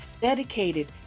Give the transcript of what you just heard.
dedicated